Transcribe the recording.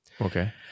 Okay